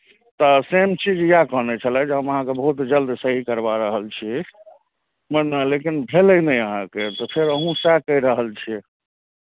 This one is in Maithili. तऽ सेम चीज इएह कहने छलए जे हम अहाँकेँ बहुत जल्द सही करबा रहल छी वर्ना लेकिन भेलै नहि अहाँके तऽ फेर अहूँ सएह कहि रहल छियै